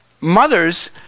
mothers